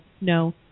no